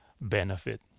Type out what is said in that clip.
benefit